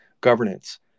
governance